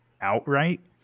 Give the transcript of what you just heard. outright